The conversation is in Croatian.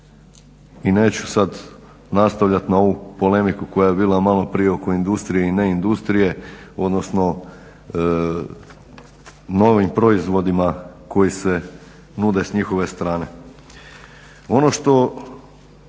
i neću sad nastavljat na ovu polemiku koja je bila maloprije oko industrije i ne industrije, odnosno novim proizvodima koji se nude s njihove strane.